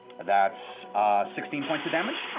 that's sixteen points of damage.